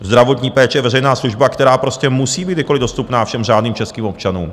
Zdravotní péče je veřejná služba, která prostě musí být kdykoliv dostupná všem řádným českým občanům.